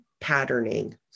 patterning